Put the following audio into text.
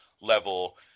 level